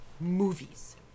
movies